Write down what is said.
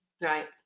Right